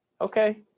okay